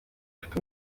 bafite